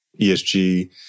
ESG